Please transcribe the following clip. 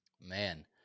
Man